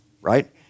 right